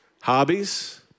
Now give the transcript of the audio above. Hobbies